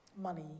money